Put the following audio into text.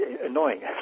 Annoying